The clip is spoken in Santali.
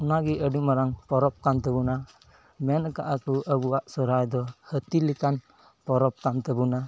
ᱚᱱᱟᱜᱮ ᱟᱹᱰᱤ ᱢᱟᱨᱟᱝ ᱯᱚᱨᱚᱵᱽ ᱠᱟᱱ ᱛᱟᱵᱚᱱᱟ ᱢᱮᱱ ᱠᱟᱜᱼᱟ ᱠᱚ ᱟᱵᱚᱣᱟᱜ ᱥᱚᱦᱚᱨᱟᱭ ᱫᱚ ᱦᱟᱹᱛᱤ ᱞᱮᱠᱟᱱ ᱯᱚᱨᱚᱵᱽ ᱠᱟᱱ ᱛᱟᱵᱳᱱᱟ